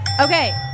Okay